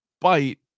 bite